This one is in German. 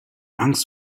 angst